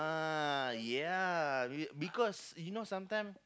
uh ya be~ because you know sometime